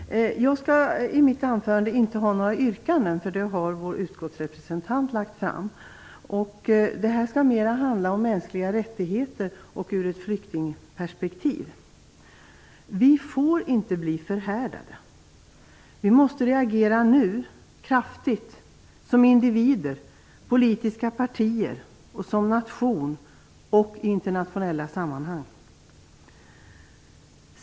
Herr talman! Jag skall i mitt anförande inte föra fram några yrkanden, eftersom vår utskottsrepresentant har gjort detta. Mitt anförande skall handla om mänskliga rättigheter i ett flyktingperspektiv. Vi får inte blir förhärdade. Vi måste reagera nu och kraftigt, som individer, som politiska partier, som nation och i internationella sammanhang.